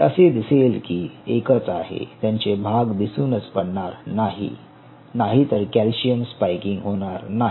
ते असे दिसेल की एकच आहे त्यांचे भाग दिसूनच पडणार नाही नाहीतर कॅल्शियम स्पायकिंग होणार नाही